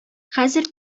хәзер